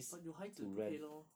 but 有孩子不可以 lor